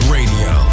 Radio